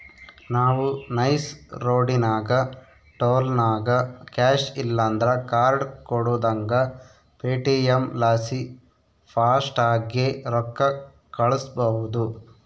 ನಾವು ನೈಸ್ ರೋಡಿನಾಗ ಟೋಲ್ನಾಗ ಕ್ಯಾಶ್ ಇಲ್ಲಂದ್ರ ಕಾರ್ಡ್ ಕೊಡುದಂಗ ಪೇಟಿಎಂ ಲಾಸಿ ಫಾಸ್ಟಾಗ್ಗೆ ರೊಕ್ಕ ಕಳ್ಸ್ಬಹುದು